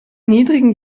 niedrigen